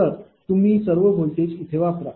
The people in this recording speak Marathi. तर तुम्ही सर्व व्हॅल्यूज इथे वापरा